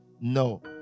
no